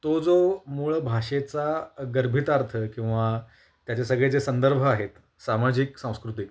तो जो मूळ भाषेचा गर्भितार्थ किंवा त्याचे सगळे जे संदर्भ आहेत सामाजिक सांस्कृतिक